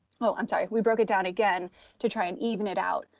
oh i'm sorry, we broke it down again to try and even it out